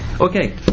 Okay